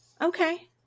Okay